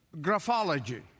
graphology